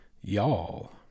Y'all